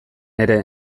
ere